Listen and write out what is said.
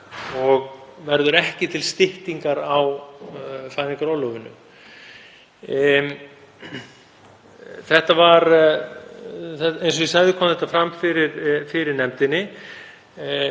og verður ekki til styttingar á fæðingarorlofinu. Eins og ég sagði kom þetta fram fyrir nefndinni.